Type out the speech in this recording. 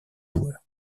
joueurs